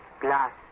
Glass